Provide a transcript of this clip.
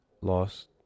lost